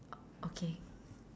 o~ okay